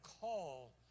call